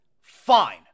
Fine